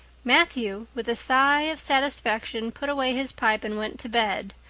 matthew, with a sigh of satisfaction, put away his pipe and went to bed,